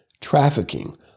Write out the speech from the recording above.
trafficking